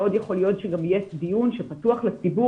מאוד יכול להיות שגם יהיה דיון שפתוח לציבור,